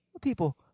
people